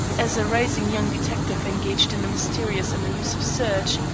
as a rising young detective engaged in a mysterious and elusive search,